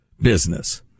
business